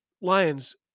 lions